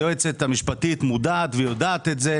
היועצת המשפטית מודעת ויודעת את זה.